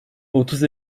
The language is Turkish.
otuz